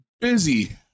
busy